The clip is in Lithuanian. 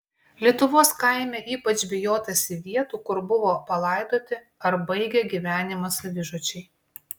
lietuvos kaime ypač bijotasi vietų kur buvo palaidoti ar baigė gyvenimą savižudžiai